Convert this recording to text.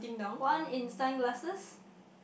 one in sunglasses